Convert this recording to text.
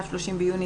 בארץ?